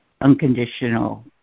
unconditional